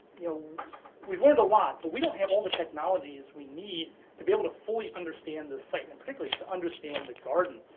you know we've learned a lot, but we don't have all the technologies we need to be able to fully understand this site, and particularly to understand the garden.